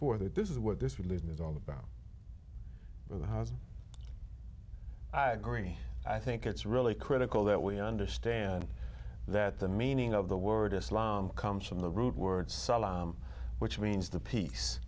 for that this is what this religion is all about the house i agree i think it's really critical that we understand that the meaning of the word islam comes from the root word which means the peace